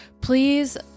please